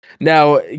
Now